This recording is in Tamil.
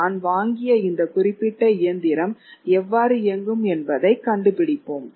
நான் வாங்கிய இந்த குறிப்பிட்ட இயந்திரம் எவ்வாறு இயங்கும் என்பதைக் கண்டுபிடிப்போம்